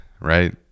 Right